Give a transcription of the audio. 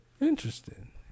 Interesting